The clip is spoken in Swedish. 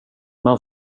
man